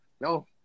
no